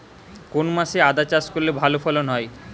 কোন মাসে আদা চাষ করলে ভালো ফলন হয়?